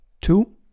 two